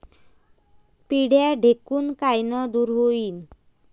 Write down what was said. पिढ्या ढेकूण कायनं दूर होईन?